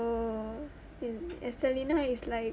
oh estelina is like